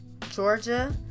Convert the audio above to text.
Georgia